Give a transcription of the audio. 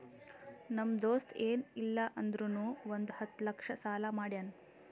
ನಮ್ ದೋಸ್ತ ಎನ್ ಇಲ್ಲ ಅಂದುರ್ನು ಒಂದ್ ಹತ್ತ ಲಕ್ಷ ಸಾಲಾ ಮಾಡ್ಯಾನ್